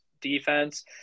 defense